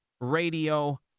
radio